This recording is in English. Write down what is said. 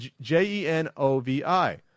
J-E-N-O-V-I